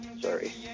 Sorry